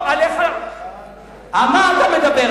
על מה אתה מדבר?